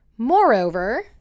moreover